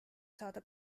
saada